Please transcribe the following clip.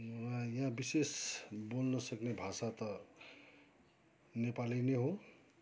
यहाँ विशेष बोल्न सक्ने भाषा त नेपाली नै हो